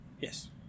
Yes